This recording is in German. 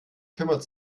kümmert